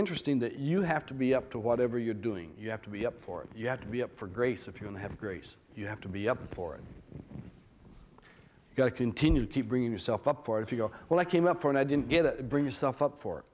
interesting that you have to be up to whatever you're doing you have to be up for it you have to be up for grace if you don't have grace you have to be up for it you got to continue to keep bringing yourself up for if you go well i came up for it i didn't get it bring yourself up for